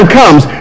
comes